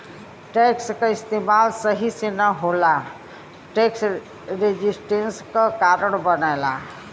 tax क इस्तेमाल सही से न होना टैक्स रेजिस्टेंस क कारण बनला